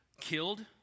killed